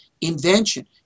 invention